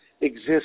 exist